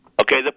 Okay